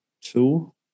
Two